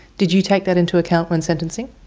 did you take that into account when sentencing?